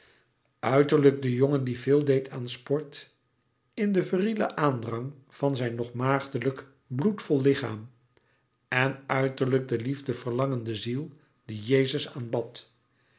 uiterlijk de jongen die veel deed aan sport in den virilen aandrang van zijn nog maagdelijk bloedvol lichaam en innerlijk de liefde verlangende ziel die jezus aanbad